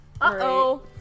Uh-oh